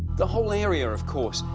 the whole area, of course,